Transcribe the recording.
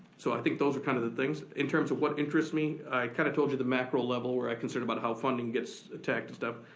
so i think those kind of things. in terms of what interests me, i kinda told you the macro level, where i considered about how funding gets attacked and stuff.